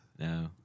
No